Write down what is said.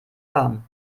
warm